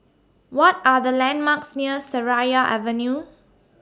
What Are The landmarks near Seraya Avenue